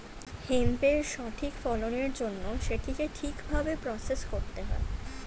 হেম্পের সঠিক ফলনের জন্য সেটিকে ঠিক ভাবে প্রসেস করতে হবে